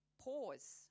pause